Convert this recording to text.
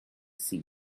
sea